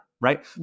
right